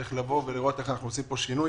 צריך לראות איך אנחנו עושים פה שינוי.